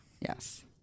Yes